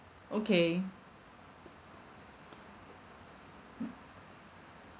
okay